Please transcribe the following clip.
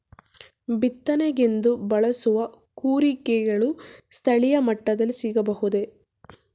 ಬಿತ್ತನೆಗೆಂದು ಬಳಸುವ ಕೂರಿಗೆಗಳು ಸ್ಥಳೀಯ ಮಟ್ಟದಲ್ಲಿ ಸಿಗಬಹುದೇ?